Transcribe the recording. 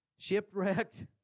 shipwrecked